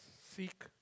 seek